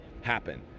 happen